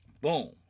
boom